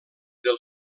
del